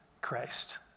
Christ